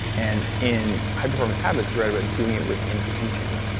and in high performance habits, you write about doing it with intention.